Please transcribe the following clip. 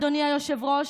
אדוני היושב-ראש,